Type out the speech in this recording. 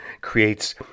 creates